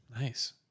Nice